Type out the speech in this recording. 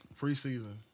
Preseason